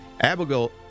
Abigail